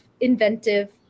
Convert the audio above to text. inventive